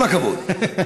כל הכבוד.